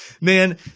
man